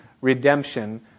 redemption